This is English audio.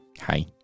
Hi